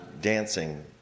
dancing